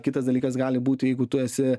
kitas dalykas gali būti jeigu tu esi